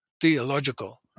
theological